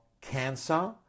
cancer